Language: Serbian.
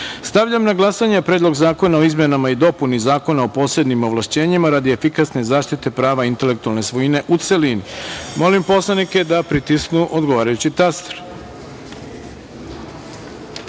celini. Stavljam na glasanje Predlog zakona o izmenama i dopuni Zakona o posebnim ovlašćenjima radi efikasne zaštite prava intelektualne svojine, u celini. Molim poslanike da pritisnu odgovarajući